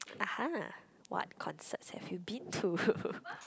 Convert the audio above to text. uh !huh! what concerts have you been to